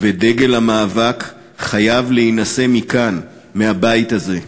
ודגל המאבק חייב להינשא מכאן, מהבית הזה.